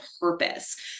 purpose